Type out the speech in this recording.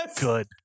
good